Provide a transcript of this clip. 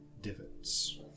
divots